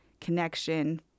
connection